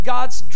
God's